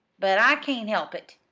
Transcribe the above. but i can't help it.